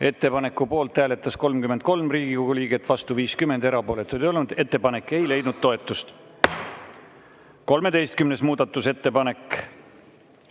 Ettepaneku poolt hääletas 33 Riigikogu liiget, vastu oli 50, erapooletuid ei olnud. Ettepanek ei leidnud toetust.13. muudatusettepanek.